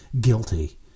guilty